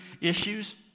issues